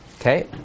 Okay